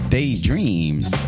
Daydreams